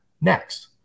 next